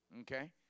Okay